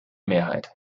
mehrheit